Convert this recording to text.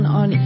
on